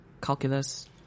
calculus